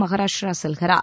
மகாராஷ்டிரா செல்கிறார்